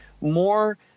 more